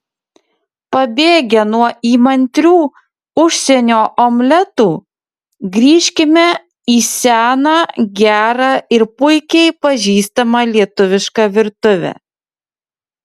pabėgę nuo įmantrių užsienio omletų grįžkime į seną gerą ir puikiai pažįstamą lietuvišką virtuvę